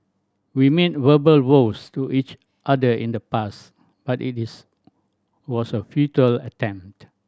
we made verbal vows to each other in the past but it is was a futile attempt